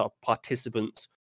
participants